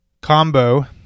combo